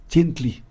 Gently